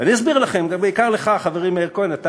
ואני אסביר לכם, ובעיקר לך, חברי מאיר כהן, אתה